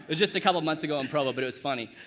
ah just a couple of months ago in provo, but it was funny.